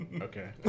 Okay